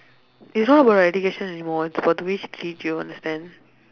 it's not about the education anymore it's about the way she treat you understand